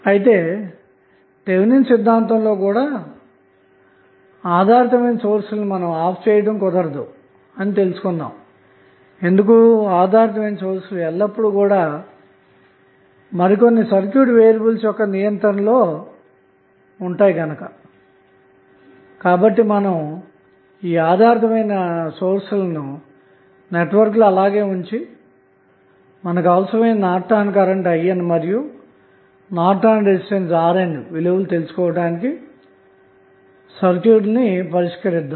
అయితే థెవెనిన్ సిద్ధాంతం లో కూడా ఆధారితమైన సోర్స్ లను ఆపివేయుట కుదరదు అని మనం తెలుసుకున్నాము ఎందుకంటె ఆధారిత సోర్స్ లు ఎల్లప్పుడూ కూడా కొన్ని సర్క్యూట్ వేరియబుల్స్ నియంత్రణలో ఉంటాయి కనుక కాబట్టి మనం ఆధారిత సోర్స్ లను నెట్వర్క్లో అలాగే ఉంచి మనకు అవసరమైన నార్టన్ కరెంట్ IN మరియు నార్టన్ రెసిస్టెన్స్ RN విలువలను తెలుసుకోవడానికి సర్క్యూట్లను పరిష్కరిద్దాము